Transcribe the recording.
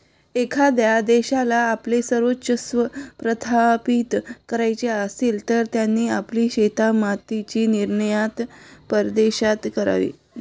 एखाद्या देशाला आपले वर्चस्व प्रस्थापित करायचे असेल, तर त्यांनी आपली शेतीमालाची निर्यात परदेशात करावी